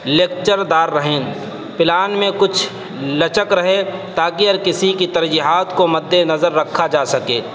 لچکدار رہیں پلان میں کچھ لچک رہے تاکہ ہر کسی کی ترجیحات کو مدِ نظر رکھا جا سکے